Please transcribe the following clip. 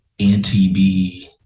NTB